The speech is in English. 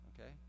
okay